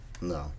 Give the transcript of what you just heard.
No